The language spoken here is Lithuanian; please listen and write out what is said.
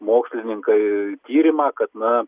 mokslininkai tyrimą kad na